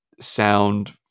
sound